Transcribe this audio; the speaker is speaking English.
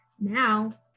Now